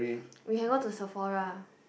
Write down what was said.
we can go to Sephora